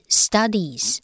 studies